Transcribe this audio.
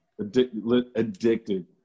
addicted